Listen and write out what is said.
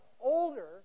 older